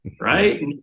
Right